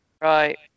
right